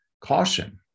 caution